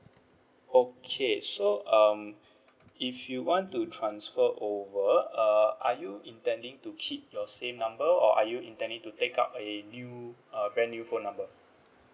okay so um if you want to transfer over uh are you intending to keep your same number or are you intending to take out a new um brand new phone number